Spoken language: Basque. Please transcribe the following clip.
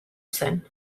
zen